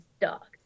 dogs